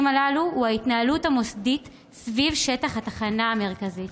הללו הוא ההתנהלות המוסדית סביב שטח התחנה המרכזית.